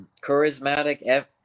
charismatic